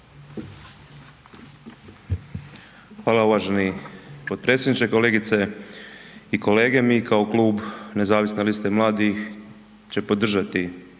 Hvala uvaženi potpredsjedniče, kolegice i kolege. Mi kao klub nezavisne liste mladih će podržati